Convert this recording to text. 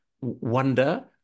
wonder